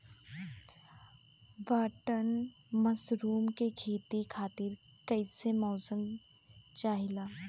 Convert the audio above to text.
Button mushroom के खेती खातिर कईसे मौसम चाहिला?